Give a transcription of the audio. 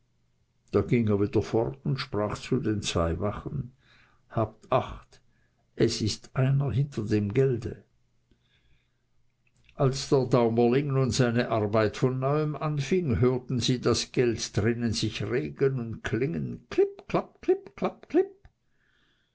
da ging er wieder fort und sprach zu den zwei wachen habt acht es ist einer hinter dem geld als der daumerling nun seine arbeit von neuem anfing hörten sie das geld drinnen sich regen und klingen klipp klapp klipp klapp